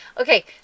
Okay